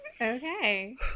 Okay